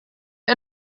der